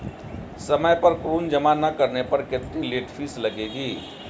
समय पर ऋण जमा न करने पर कितनी लेट फीस लगेगी?